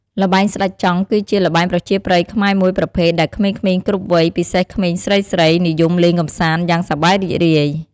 ល្បែងស្តេចចង់ គឺជាល្បែងប្រជាប្រិយខ្មែរមួយប្រភេទដែលក្មេងៗគ្រប់វ័យ ពិសេសក្មេងស្រីៗ និយមលេងកម្សាន្តយ៉ាងសប្បាយរីករាយ។